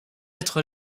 être